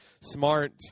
smart